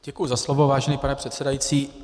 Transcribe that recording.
Děkuji za slovo, vážený pane předsedající.